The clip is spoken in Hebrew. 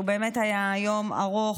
שהוא באמת היה יום ארוך,